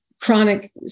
Chronic